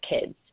kids